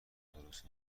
درست